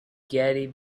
gary